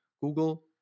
Google